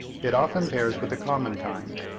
it often pairs with the common kind,